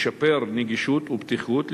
לשפר נגישות ובטיחות,